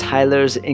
Tyler's